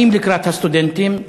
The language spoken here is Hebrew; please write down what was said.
באים לקראת הסטודנטים,